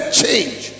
change